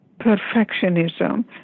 perfectionism